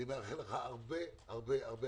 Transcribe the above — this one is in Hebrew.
אני מאחל לך הרבה הצלחה.